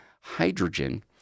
hydrogen